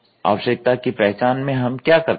आवश्यकता की पहचान में हम क्या करते हैं